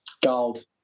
Gold